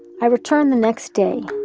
i returned the next day.